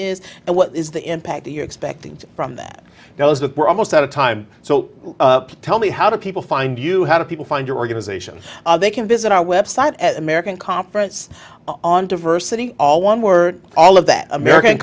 is and what is the impact that you're expecting from that knows that we're almost out of time so tell me how do people find you how do people find organizations they can visit our website at american conference on diversity all one word all of that american